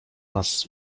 nas